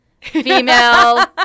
female